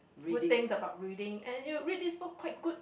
good things about reading and you read this book quite good